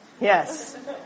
Yes